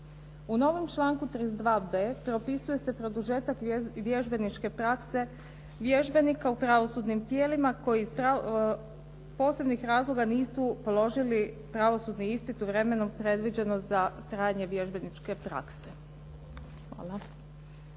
U novom članku 32. b propisuje se produžetak vježbeničke prakse vježbenika u pravosudnim tijelima koji iz posebnih razloga nisu položili pravosudni ispit u vremenu predviđeno za trajanje vježbeničke prakse. Hvala.